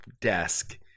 desk